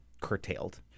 curtailed